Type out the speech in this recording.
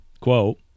Quote